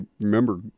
remember